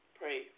pray